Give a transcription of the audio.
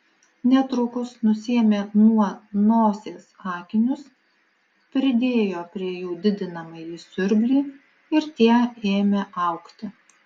netrukus nusiėmė nuo nosies akinius pridėjo prie jų didinamąjį siurblį ir tie ėmė augti